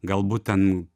galbūt ten